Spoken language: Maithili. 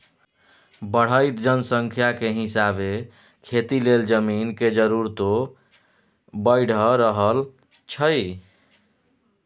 बढ़इत जनसंख्या के हिसाबे खेती लेल जमीन के जरूरतो बइढ़ रहल छइ